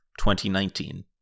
2019